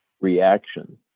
reaction